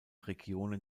regionen